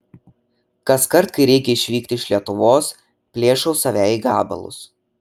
kaskart kai reikia išvykti iš lietuvos plėšau save į gabalus